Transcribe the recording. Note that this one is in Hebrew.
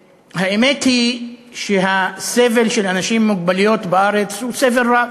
האמת היא שהסבל של אנשים עם מוגבלויות בארץ הוא סבל רב.